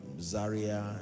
zaria